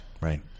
right